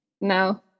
No